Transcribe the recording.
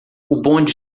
bonde